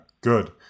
Good